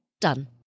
Done